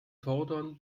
fordern